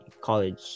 college